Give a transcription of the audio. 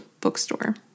Bookstore